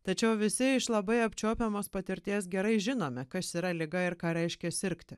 tačiau visi iš labai apčiuopiamos patirties gerai žinome kas yra liga ir ką reiškia sirgti